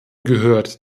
gehört